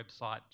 website